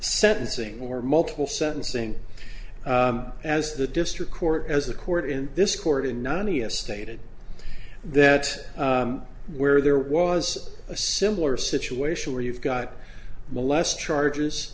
sentencing or multiple sentencing as the district court as the court in this court in nonie a stated that where there was a similar situation where you've got molest charges